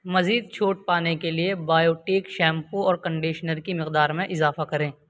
مزید چھوٹ پانے کے لیے بایوٹیک شیمپو اور کنڈیشنر کی مقدار میں اضافہ کریں